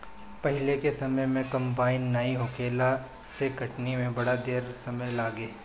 पहिले के समय कंबाइन नाइ होखला से कटनी में बड़ा ढेर समय लागे